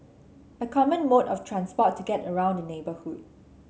a common mode of transport to get around the neighbourhood